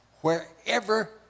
wherever